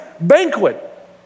banquet